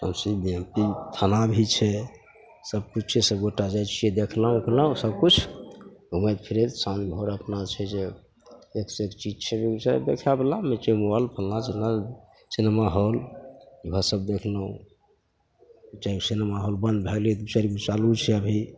township B M P थाना भी छै सबकिछु छै सभगोटा जाइ छिए देखलहुँ उखलहुँ सबकिछु घुमैत फिरैत साँझ भोर अपना छै जे एकसे एक चीज छै बेगूसरायमे देखैवलाएकसे एक मॉल फल्लाँ चिल्लाँ सिनेमाहॉल वएहसब देखलहुँ दुइ चारि गो सिनेमाहॉल बन्द भै गेलै दुइ चारि गो चालू छै अभी